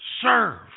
serve